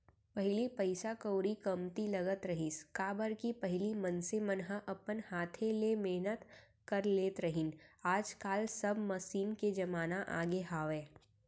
पहिली पइसा कउड़ी कमती लगत रहिस, काबर कि पहिली मनसे मन ह अपन हाथे ले मेहनत कर लेत रहिन आज काल सब मसीन के जमाना आगे हावय